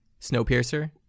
Snowpiercer